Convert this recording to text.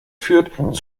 führt